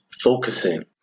focusing